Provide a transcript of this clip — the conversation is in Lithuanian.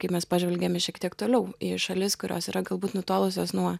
kaip mes pažvelgiam į šiek tiek toliau į šalis kurios yra galbūt nutolusios nuo